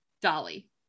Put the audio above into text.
Dolly